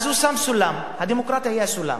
אז הוא שם סולם, הדמוקרטיה היא הסולם,